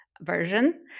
version